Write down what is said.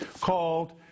called